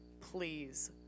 Please